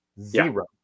Zero